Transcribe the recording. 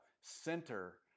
center